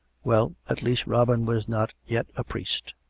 well, at least, robin was not yet a priest.